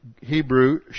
Hebrew